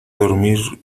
dormir